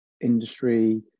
industry